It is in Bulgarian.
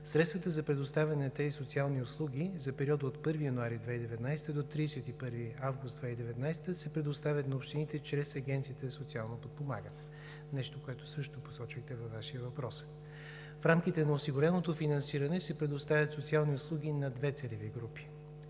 средствата за предоставяне на тези социални услуги за периода от 1 януари 2019 г. до 31 август 2019 г. се предоставят на общините чрез Агенцията за социално подпомагане – нещо, което също посочихте във Вашия въпрос. В рамките на осигуреното финансиране се предоставят социални услуги на две целеви групи